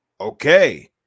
okay